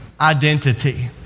identity